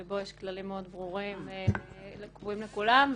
שבו יש כללים מאוד ברורים וקבועים לכולם,